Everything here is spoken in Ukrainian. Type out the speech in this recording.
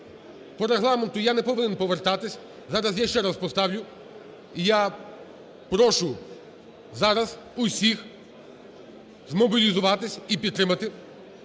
по Регламенту я не повинен повертатись, зараз я ще раз поставлю. І я прошу зараз усіхзмобілізуватись і підтримати